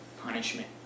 punishment